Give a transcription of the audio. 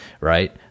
right